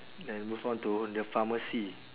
then move on to the pharmacy